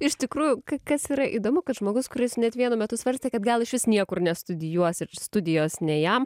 iš tikrųjų ka kas yra įdomu kad žmogus kuris net vienu metu svarstė kad gal išvis niekur nestudijuos ir studijos ne jam